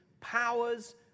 powers